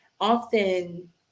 often